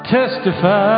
Testify